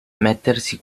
mettersi